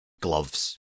gloves